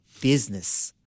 business